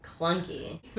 clunky